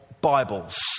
Bibles